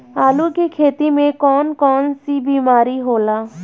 आलू की खेती में कौन कौन सी बीमारी होला?